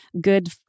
good